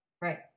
Right